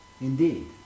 Indeed